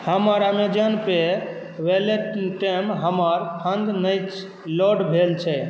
हमर Amazon pay wallet time हमर fund नहि लोड भेल छै